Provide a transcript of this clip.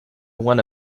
one